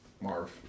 Marv